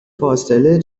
فاصله